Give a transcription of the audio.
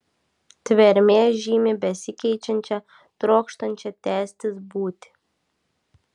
tvermė žymi besikeičiančią trokštančią tęstis būtį